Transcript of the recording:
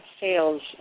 sales